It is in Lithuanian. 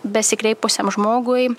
besikreipusiam žmogui